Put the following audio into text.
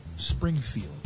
Springfield